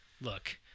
look